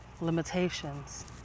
limitations